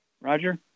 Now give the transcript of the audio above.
Roger